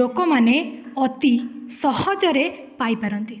ଲୋକମାନେ ଅତି ସହଜରେ ପାଇପାରନ୍ତି